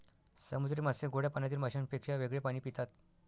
समुद्री मासे गोड्या पाण्यातील माशांपेक्षा वेगळे पाणी पितात